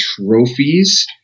trophies